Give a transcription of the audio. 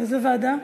לאיזו ועדה?